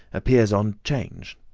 appears on change